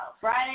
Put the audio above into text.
Friday